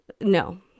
No